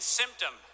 symptom